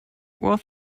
was